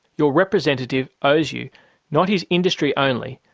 your representative owes you not his industry only,